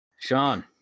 Sean